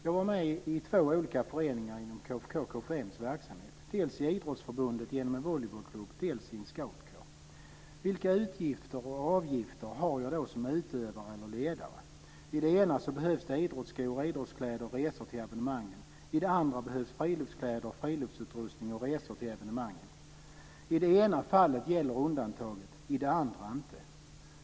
Jag är med i två olika föreningar inom KFK KFUM:s verksamhet, dels i idrottsförbundet genom en volleybollklubb, dels i en scoutkår. Vilka utgifter och avgifter har jag då som utövare eller ledare? I den ena föreningen behövs idrottsskor, idrottskläder och resor till evenemangen. I den andra behövs friluftskläder, friluftsutrustning och resor till evenemangen. I det ena fallet gäller undantaget, i det andra inte.